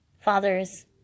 fathers